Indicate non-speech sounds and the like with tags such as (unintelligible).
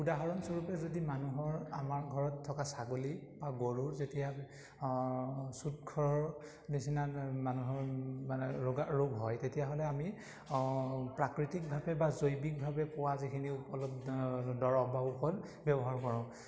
উদাহৰণস্বৰূপে যদি মানুহৰ আমাৰ ঘৰত থকা ছাগলী বা গৰুৰ যেতিয়া চুটখৰৰ নিচিনা মানুহৰ মানে ৰোগা ৰোগ হয় তেতিয়াহ'লে আমি প্ৰাকৃতিকভাৱে বা জৈৱিকভাৱে পোৱা যিখিনি (unintelligible) দৰব বা ঔষধ ব্যৱহাৰ কৰোঁ